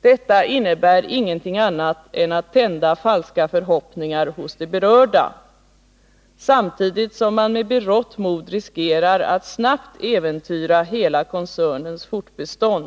Detta innebär inget annat än att tända falska förhoppningar hos de berörda, samtidigt som man med berått mod riskerar att snabbt äventyra hela koncernens fortbestånd.